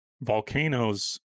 volcanoes